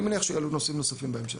אני מניח שיעלו נושאים נוספים בהמשך.